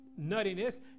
nuttiness